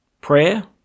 Prayer